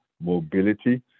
mobility